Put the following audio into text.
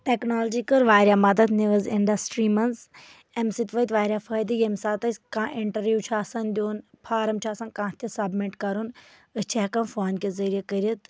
technology کٔر واریاہ مدد نِوٕز اِنڈَسٹری منٛز اَمہِ سۭتۍ وٲتۍ واریاہ فٲیدٕ ییٚمہِ ساتہٕ اَسہِ کانٛہہ انٹرویو چُھ آسان دیُن فارم چھُ آسان کانٛہہ تہِ سَبمِٹ کَرُن أسۍ چھِ ہٮ۪کان فون کہِ ذریعہِ کٔرِتھ